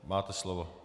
Máte slovo.